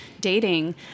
dating